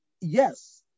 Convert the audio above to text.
yes